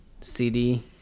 CD